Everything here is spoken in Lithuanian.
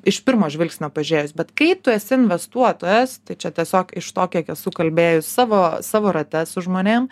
iš pirmo žvilgsnio pažiūrėjus bet kai tu esi investuotojas tai čia tiesiog iš to kiek esu kalbėjus savo savo rate su žmonėm